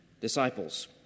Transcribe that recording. disciples